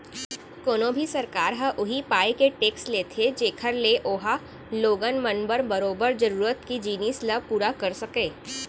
कोनो भी सरकार ह उही पाय के टेक्स लेथे जेखर ले ओहा लोगन मन बर बरोबर जरुरत के जिनिस ल पुरा कर सकय